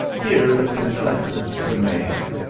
here the princesses remained,